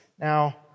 Now